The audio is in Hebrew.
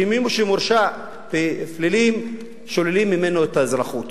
שמי שמורשע בפלילים שוללים ממנו את האזרחות.